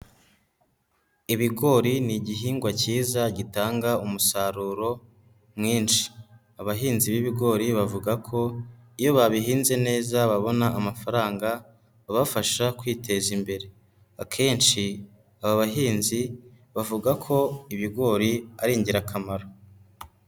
Ibigori ni igihingwa cyiza gitanga umusaruro mwinshi. Abahinzi b'ibigori bavuga ko iyo babihinze neza babona amafaranga, abafasha kwiteza imbere. Akenshi aba bahinzi bavuga ko ibigori ari ingirakamaro.